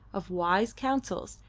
of wise counsels,